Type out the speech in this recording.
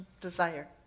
desire